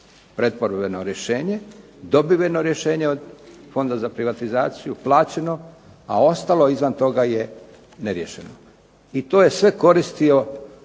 pretvorbeno rješenje, dobiveno rješenje od Fonda za privatizaciju plaćeno a ostalo izvan toga je neriješeno i to je sve koristilo